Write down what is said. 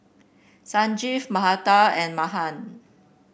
Sanjeev and Mahan